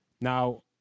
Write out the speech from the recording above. Now